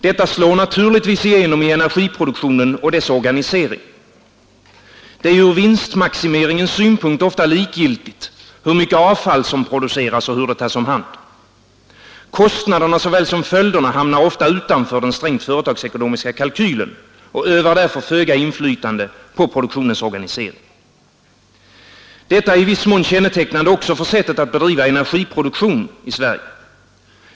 Detta slår naturligtvis igenom i energiproduktionen och dess organisering. Det är ur vinstmaximeringens synpunkt ofta likgiltigt hur mycket avfall som produceras och hur det tas om hand. Kostnaderna såväl som följderna hamnar ofta utanför den strängt företagsekonomiska kalkylen och övar därför föga inflytande på produktionens organisering. Detta är i viss mån kännetecknande också för sättet att bedriva energiproduktion i Sverige.